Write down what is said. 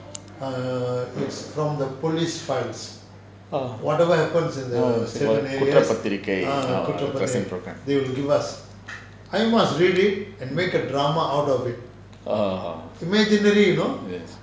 குற்றப்பத்திரிகை:kuttrapathirikai ah yes